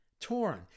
Torn